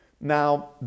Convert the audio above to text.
Now